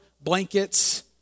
blankets